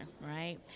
right